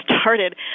started